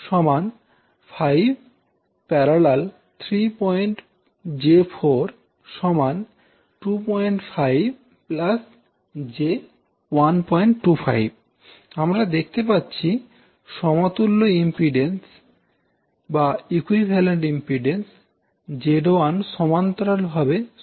3 j4 25 j125 আমরা দেখতে পাচ্ছি সমতুল্য ইম্পিড্যান্স Z1 সমান্তরাল ভাবে সংযুক্ত রয়েছে